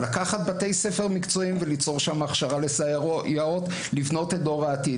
לקחת בתי ספר מקצועיים וליצור שם הכשרה לסייעות לבנות את דור העתיד.